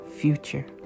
future